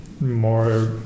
more